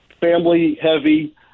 family-heavy